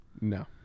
No